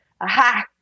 aha